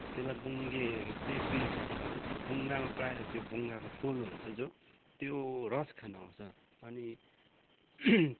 त्यसलाई बुङ्गे चाहिँ किन भनेको भन्दा त्यो बुङ्गामा प्रायः त्यो बुङ्गाको फुल हुन्छ जो त्यो रस खानु आउँछ अनि